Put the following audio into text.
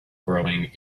growing